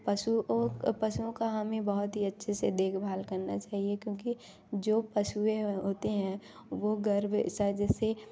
पशुओं पशुओं का हमें बहुत ही अच्छे से देखभाल करना चाहिए क्योंकि जो पशुएँ होते हैं वह गर्भ सा जैसे